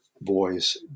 boys